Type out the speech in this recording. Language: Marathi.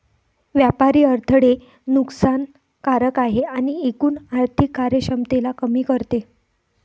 व्यापारी अडथळे नुकसान कारक आहे आणि एकूण आर्थिक कार्यक्षमतेला कमी करते